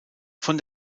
von